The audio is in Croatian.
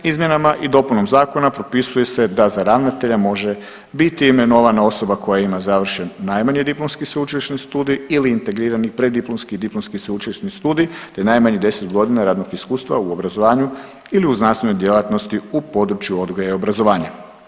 Izmjenama i dopunom zakona propisuje se da za ravnatelja može biti imenovana osoba koja ima završen najmanje diplomski sveučilišni studij ili integrirani pred diplomski i diplomski sveučilišni studij, te najmanje 10 godina radnog iskustva u obrazovanju ili u znanstvenoj djelatnosti u području odgoja i obrazovanja.